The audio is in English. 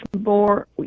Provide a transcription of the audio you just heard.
more